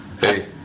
Hey